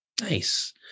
Nice